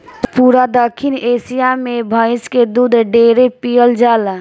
पूरा दखिन एशिया मे भइस के दूध ढेरे पियल जाला